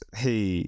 hey